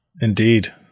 Indeed